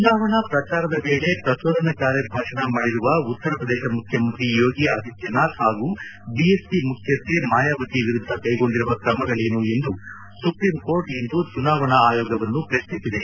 ಚುನಾವಣಾ ಪ್ರಚಾರದ ವೇಳೆ ಪ್ರಚೋದನಕಾರಿ ಭಾಷಣ ಮಾಡಿರುವ ಉತ್ತರ ಪ್ರದೇಶ ಮುಖ್ಯಮಂತ್ರಿ ಯೋಗಿ ಆದಿತ್ಯನಾಥ್ ಹಾಗೂ ಬಿಎಸ್ಪಿ ಮುಖ್ಯಸ್ಥೆ ಮಾಯಾವತಿ ವಿರುದ್ಧ ಕೈಗೊಂಡಿರುವ ಕ್ರಮಗಳೇನು ಎಂದು ಸುಪ್ರೀಂಕೋರ್ಟ್ ಇಂದು ಚುನಾವಣಾ ಆಯೋಗವನ್ನು ಪ್ರಶ್ನಿಸಿದೆ